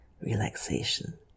relaxation